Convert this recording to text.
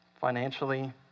Financially